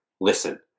listen